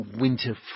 winter